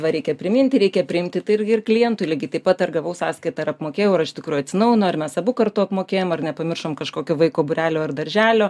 va reikia priminti reikia priimti tai irgi ir klientui lygiai taip pat ar gavau sąskaitą ar apmokėjau iš tikrųjų atsinaujino ir mes abu kartu apmokėjom ar nepamiršom kažkokio vaiko būrelio ar darželio